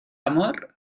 amor